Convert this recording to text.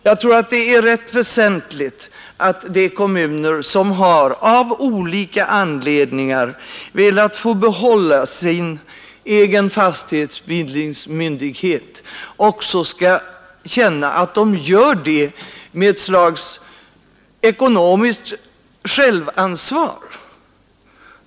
Jag tror att det är rätt väsentligt att de kommuner som av olika anledningar har velat få behålla sin egen fastighetsbildningsmyndighet också skall känna att de gör det med ekonomiskt självansvar.